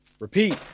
repeat